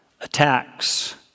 attacks